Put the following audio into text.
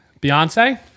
Beyonce